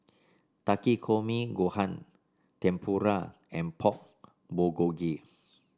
Takikomi Gohan Tempura and Pork Bulgogi